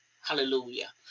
Hallelujah